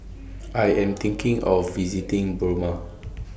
I Am thinking of visiting Burma